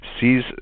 sees